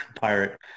pirate